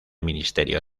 ministerio